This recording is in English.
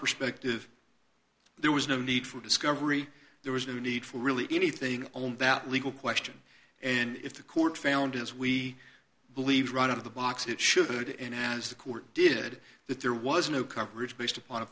perspective there was no need for discovery there was no need for really anything only that legal question and if the court found as we believed right out of the box it should and as the court did that there was no coverage based upon a